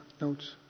notes